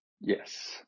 Yes